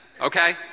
Okay